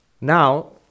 Now